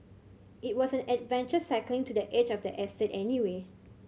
it was an adventure cycling to the edge of the estate anyway